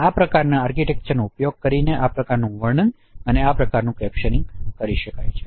તેથી આ પ્રકારની આર્કિટેક્ચરનો ઉપયોગ કરીને આ પ્રકારનું વર્ણન અને આ પ્રકારનું કેપ્શનિંગ કરી શકાય છે